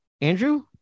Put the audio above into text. Andrew